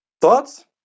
Thoughts